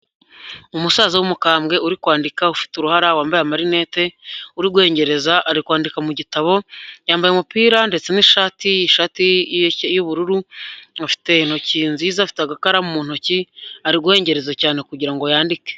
Umusaza w'umukambwe uri kwandika, ufite uruhara, wambaye amarinete, uri guhengereza, ari kwandika mu gitabo. Yambaye umupira ndetse n'ishati, ishati y'ubururu, afite intoki nziza, afite agakaramu mu ntoki, ari guhengereza cyane kugira ngo yandike.